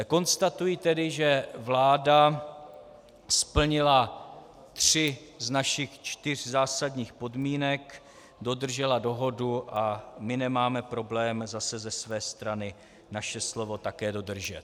Konstatuji tedy, že vláda splnila tři z našich čtyř zásadních podmínek, dodržela dohodu a my nemáme problém zase ze své strany naše slovo také dodržet.